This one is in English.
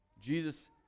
Jesus